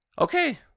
Okay